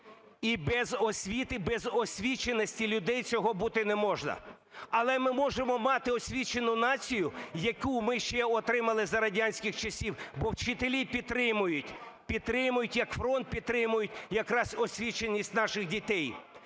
І без освіти, без освіченості людей цього бути не може. Але ми можемо мати освічену націю, яку ми ще отримали за радянських часів, бо вчителі підтримують, підтримують, як фронт підтримують, якраз освіченість наших дітей,